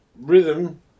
rhythm